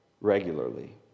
regularly